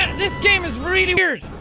and this game is really weird!